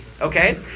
Okay